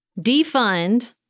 defund